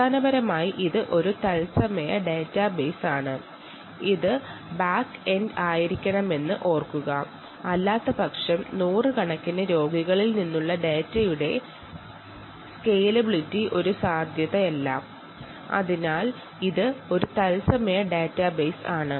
അടിസ്ഥാനപരമായി ഇത് ഒരു റിയൽ ടൈം ഡാറ്റാബേസാണ് ഇത് ബാക്ക് എൻഡ് ആയിരിക്കണമെന്ന് ഓർമ്മിക്കുക അല്ലാത്തപക്ഷം നൂറുകണക്കിന് രോഗികളിൽ നിന്നുള്ള ഡാറ്റയുടെ സ്കേലബിലിറ്റി സാധ്യമാകില്ല